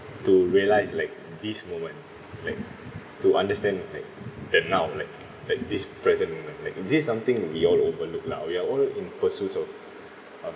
to realise like this moment like to understand like the now like like this present like this something we all overlook lah we are all in pursuits of um